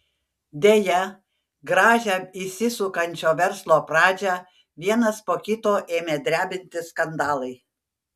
deja gražią įsisukančio verslo pradžią vienas po kito ėmė drebinti skandalai